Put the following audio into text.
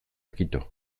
kito